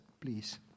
please